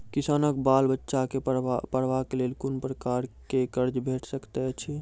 किसानक बाल बच्चाक पढ़वाक लेल कून प्रकारक कर्ज भेट सकैत अछि?